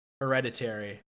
Hereditary